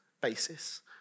basis